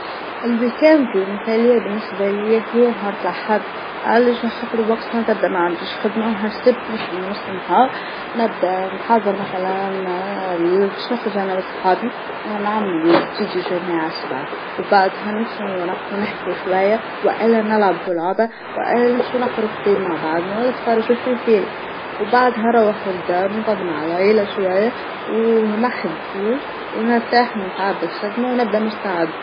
الويكاند المثالية بالنسبة ليا هي نهارت الأحد عال شو نخاطرو بوقتها تبدا معنديش خدمة هالسب نخدم بنص النهار، نبدأ نحظر مثلا باش نخرج أنا وصحابي ونعملوا بتديو شى عناسبة وبعدها نمشو نقصو نحكو شوية والا نلعبو لعبة والا نمشيو نقروا كتاب مع بعضنا وتفرجو فيه فيلم وبعدها روحو للدار نقعد مع العيلة شوية ونخدوش ونرتاح من تعب الخدمة ونبدأ مستعد.